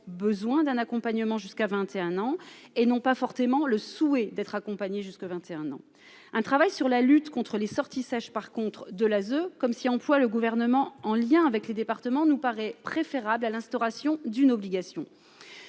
besoin d'un accompagnement jusqu'à 21 ans, et non pas forcément le souhait d'être accompagné jusque 21 ans, un travail sur la lutte contre les sorties sèches par contre de l'ASE comme s'y emploie le gouvernement en lien avec les départements, nous paraît préférable à l'instauration d'une obligation